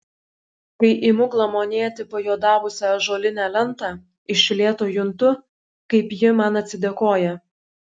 kai imu glamonėti pajuodavusią ąžuolinę lentą iš lėto juntu kaip ji man atsidėkoja